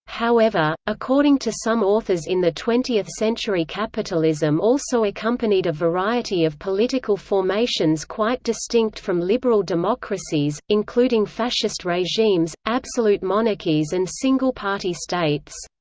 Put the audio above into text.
however, according to some authors in the twentieth century capitalism also accompanied a variety of political formations quite distinct from liberal democracies, including fascist regimes, absolute monarchies and single-party states.